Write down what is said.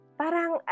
parang